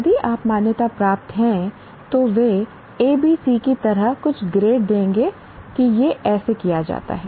यदि आप मान्यता प्राप्त हैं तो वे ABC की तरह कुछ ग्रेड देंगे कि यह ऐसे किया जाता है